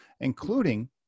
including